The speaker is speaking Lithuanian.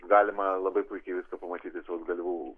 galima labai puikiai viską pamatyti sausgalvių